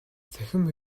цахим